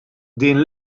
din